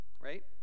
right